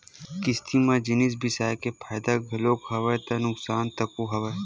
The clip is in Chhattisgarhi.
किस्ती म जिनिस बिसाय के फायदा घलोक हवय ता नुकसान तको हवय